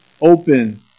open